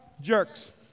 jerks